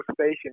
station